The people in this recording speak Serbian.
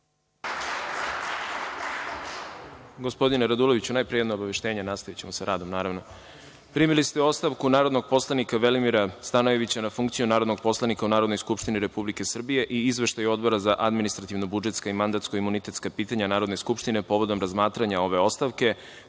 Gospodine Raduloviću, najpre jedno obaveštenje, nastavićemo sa radom naravno. Primili ste ostavku narodnog poslanika Velimira Stanojevića na funkciju narodnog poslanika u Narodnoj skupštini Republike Srbije i izveštaj Odbora za administrativno-budžetska i mandatno-imunitetska pitanja Narodne skupštine povodom razmatranja ove ostavke,